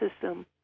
system